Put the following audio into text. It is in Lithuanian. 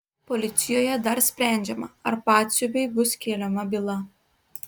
policijoje dar sprendžiama ar batsiuviui bus keliama byla